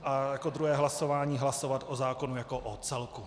A jako druhé hlasování hlasovat o zákonu jako o celku.